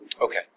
Okay